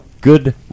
Good